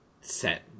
set